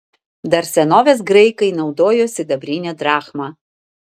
dar senovės graikai naudojo sidabrinę drachmą